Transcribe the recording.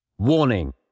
Warning